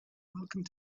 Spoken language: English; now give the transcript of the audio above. welcome